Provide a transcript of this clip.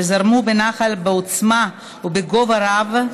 שזרמו בנחל בעוצמה ובגובה רב,